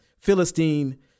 Philistine